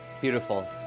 Beautiful